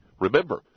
Remember